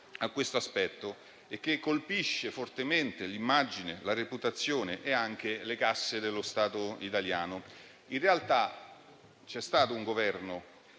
a questo aspetto, che colpisce fortemente l'immagine, la reputazione e anche le casse dello Stato italiano. In realtà, c'è stato un Governo